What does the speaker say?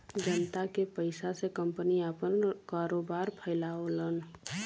जनता के पइसा से कंपनी आपन कारोबार फैलावलन